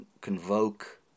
convoke